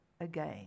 again